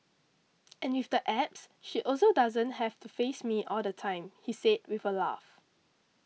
and with the apps she also doesn't have to face me all the time he said with a laugh